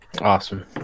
Awesome